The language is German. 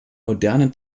modernen